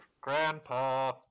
Grandpa